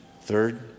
Third